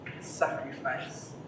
sacrifice